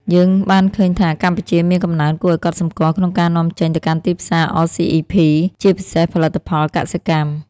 យើងបានឃើញថា កម្ពុជាមានកំណើនគួរឱ្យកត់សម្គាល់ក្នុងការនាំចេញទៅកាន់ទីផ្សារ អ សុី អុី ភី(RCEP) ជាពិសេសផលិតផលកសិកម្ម។